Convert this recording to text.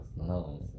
No